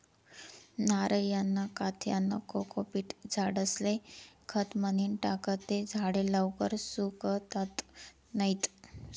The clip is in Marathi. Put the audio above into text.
नारयना काथ्यानं कोकोपीट झाडेस्ले खत म्हनीन टाकं ते झाडे लवकर सुकातत नैत